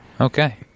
Okay